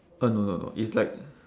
uh no no no it's like